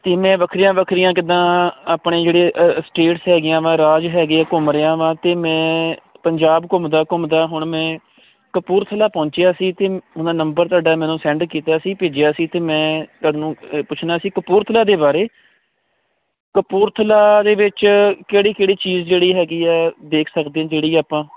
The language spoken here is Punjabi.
ਤੇ ਮੈਂ ਵੱਖਰੀਆਂ ਵੱਖਰੀਆਂ ਕਿੱਦਾਂ ਆਪਣੇ ਜਿਹੜੇ ਸਟੇਟਸ ਹੈਗੀਆਂ ਵਾ ਰਾਜ ਹੈਗੇ ਆ ਘੁੰਮ ਰਿਹਾ ਵਾ ਤੇ ਮੈਂ ਪੰਜਾਬ ਘੁੰਮਦਾ ਘੁੰਮਦਾ ਹੁਣ ਮੈਂ ਕਪੂਰਥਲਾ ਪਹੁੰਚਿਆ ਸੀ ਤੇ ਮੈਂ ਨੰਬਰ ਤੁਹਾਡਾ ਮੈਨੂੰ ਸੈਂਡ ਕੀਤਾ ਸੀ ਭੇਜਿਆ ਸੀ ਤੇ ਮੈਂ ਤੁਹਾਨੂੰ ਪੁੱਛਣਾ ਸੀ ਕਪੂਰਥਲਾ ਦੇ ਬਾਰੇ ਕਪੂਰਥਲਾ ਦੇ ਵਿੱਚ ਕਿਹੜੀ ਕਿਹੜੀ ਚੀਜ਼ ਜਿਹੜੀ ਹੈਗੀ ਹ ਦੇਖ ਸਕਦੇ ਹ ਜਿਹੜੀ ਆਪਾਂ